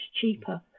cheaper